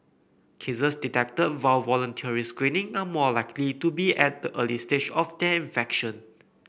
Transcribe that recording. cases detected via voluntary screening are more likely to be at the early stage of their infection